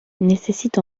nécessite